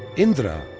indra,